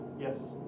Yes